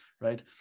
right